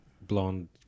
blonde